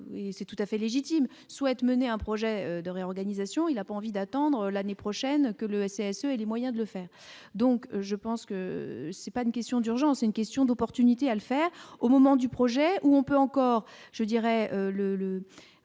et c'est tout à fait légitime souhaitent mener un projet de réorganisation, il a pas envie d'attendre l'année prochaine que le CSA et les moyens de le faire, donc je pense que c'est pas une question d'urgence et une question d'opportunité à le faire au moment du projet où on peut encore je dirais